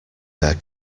their